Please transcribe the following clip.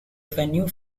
venue